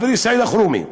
חברי סעיד אלחרומי,